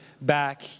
back